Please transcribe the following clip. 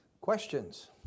Questions